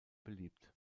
beliebt